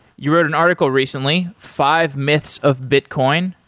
you wrote an article recently five myths of bitcoin.